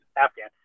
Afghan